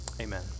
amen